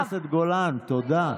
חברת הכנסת גולן, תודה.